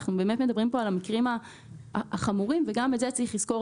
אנחנו באמת מדברים כאן על המקרים החמורים וגם את זה צריך לזכור,